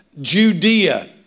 Judea